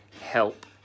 help